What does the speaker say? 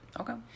okay